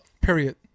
Period